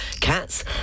cats